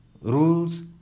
rules